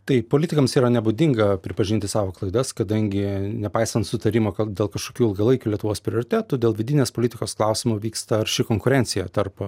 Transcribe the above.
taip politikams yra nebūdinga pripažinti savo klaidas kadangi nepaisant sutarimo kad dėl kažkokių ilgalaikių lietuvos prioritetų dėl vidinės politikos klausimų vyksta arši konkurencija tarp